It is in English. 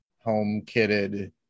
home-kitted